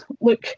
Look